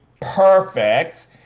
perfect